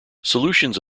solutions